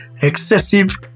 excessive